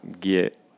get